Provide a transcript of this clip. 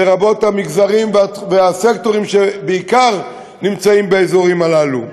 לרבות המגזרים והסקטורים שנמצאים בעיקר באזורים הללו?